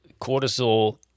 cortisol